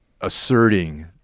asserting